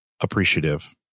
appreciative